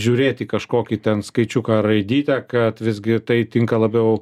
žiūrėt į kažkokį ten skaičiuką ar raidytę kad visgi tai tinka labiau